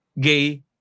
gay